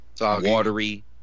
watery